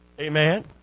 Amen